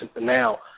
Now